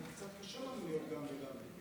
קצת קשה לנו להיות גם וגם.